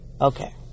Okay